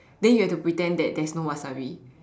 then you have to pretend that there's no wasabi